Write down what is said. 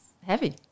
heavy